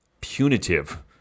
punitive-